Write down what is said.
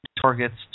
targets